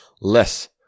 less